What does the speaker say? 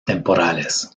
temporales